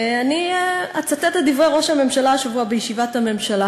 אני אצטט את דברי ראש הממשלה השבוע בישיבת הממשלה,